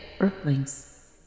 Earthlings